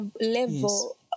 level